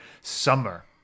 summer